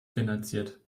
finanziert